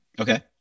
Okay